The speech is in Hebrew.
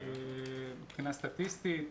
-- מבחינה סטטיסטית,